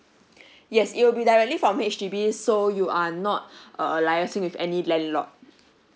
yes it will be directly from H_D_B so you are not err liaising with any landlord